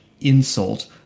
insult